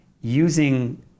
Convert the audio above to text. using